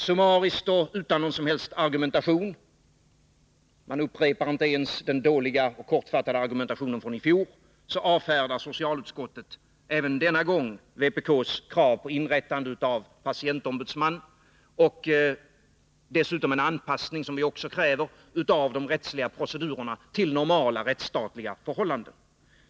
Summariskt och utan någon som helst argumentation — man upprepar inte ens den dåliga och kortfattade argumentationen från i fjor — avfärdar socialutskottet även denna gång vpk:s krav på inrättande av tjänst som patientombudsman och dessutom även den anpassning som vi kräver av de rättsliga procedurerna till normala rättsstatliga förhållanden.